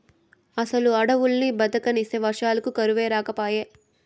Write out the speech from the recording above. అసలు అడవుల్ని బతకనిస్తే వర్షాలకు కరువే రాకపాయే